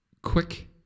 Quick